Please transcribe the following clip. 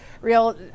real